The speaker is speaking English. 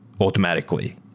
automatically